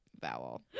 vowel